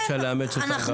אפשר לאמץ אותם.